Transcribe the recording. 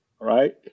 Right